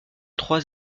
trois